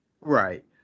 right